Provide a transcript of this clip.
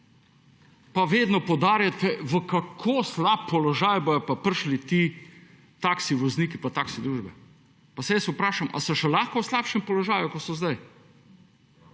pa vedno poudarjate v kako slab položaj bodo prišli ti taksi voznik in taksi družbe. Pa se jaz vprašam ali so še lahko v slabšem položaju kot so zdaj?